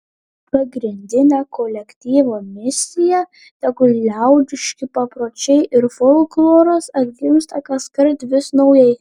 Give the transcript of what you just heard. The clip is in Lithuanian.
pagrindinė kolektyvo misija tegul liaudiški papročiai ir folkloras atgimsta kaskart vis naujai